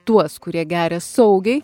tuos kurie geria saugiai